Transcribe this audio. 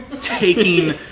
taking